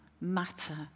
matter